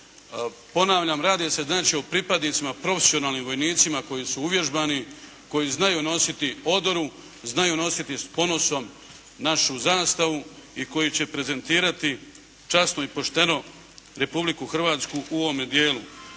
Ponavljam radi se znači o pripadnicima, profesionalnim vojnicima koji su uvježbani, koji znaju nositi odoru, znaju nositi s ponosom našu zastavu i koji će prezentirati časno i pošteno Republiku Hrvatsku u ovome dijelu.